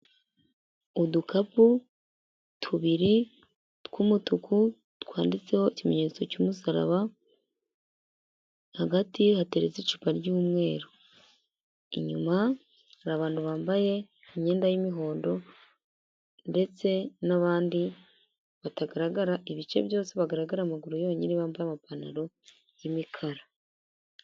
Udukapu tubiri tw'umutuku, twanditseho ikimenyetso cy'umusaraba, hagati hateretse icupa ry'umweru. Inyuma hari abantu bambaye imyenda y'imihondo ndetse n'abandi batagaragara ibice byose, bagaragara amaguru yonyine, bambaye amapantaro y'imikara.